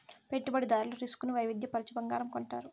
పెట్టుబడిదారులు రిస్క్ ను వైవిధ్య పరచి బంగారం కొంటారు